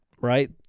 right